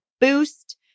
boost